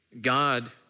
God